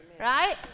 Right